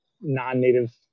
non-native